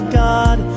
god